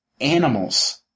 animals